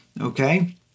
okay